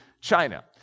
China